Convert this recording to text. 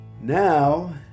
Now